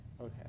Okay